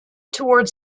towards